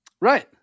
Right